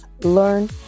learn